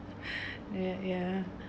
ya ya